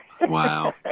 Wow